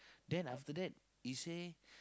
then after that he say